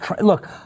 Look